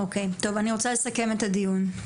אני רוצה לסכם את הדיון.